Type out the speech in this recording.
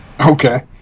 Okay